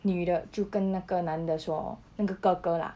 女的就跟那个男的说那个哥哥啦